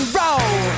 roll